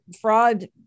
fraud